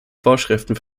vorschriften